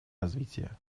развитие